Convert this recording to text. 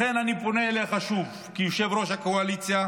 לכן אני פונה אליך שוב כיושב-ראש הקואליציה,